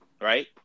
right